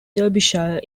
derbyshire